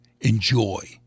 Enjoy